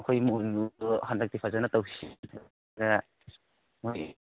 ꯑꯩꯈꯣꯏ ꯏꯃꯣꯏꯅꯨꯗꯣ ꯍꯟꯗꯛꯇꯤ ꯐꯖꯅ ꯇꯧꯁꯤ ꯃꯈꯣꯏ